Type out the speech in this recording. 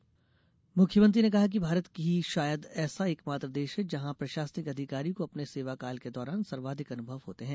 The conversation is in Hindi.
मुख्यसचिव विदाई मुख्यमंत्री ने कहा है कि भारत ही शायद ऐसा एकमात्र देश है जहाँ प्रशासनिक अधिकारी को अपने सेवाकाल के दौरान सर्वाधिक अनुभव होते हैं